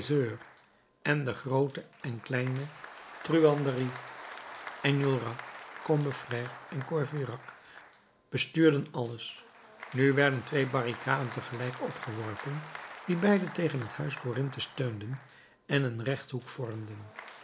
en der groote en kleine truanderie enjolras combeferre en courfeyrac bestuurden alles nu werden twee barricaden tegelijkertijd opgeworpen die beide tegen het huis corinthe steunden en een rechthoek vormden